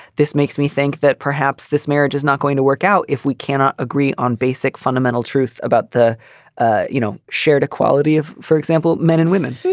this makes me think that perhaps this marriage is not going to work out if we cannot agree on basic, fundamental truth about the ah you know shared equality of, for example, men and women.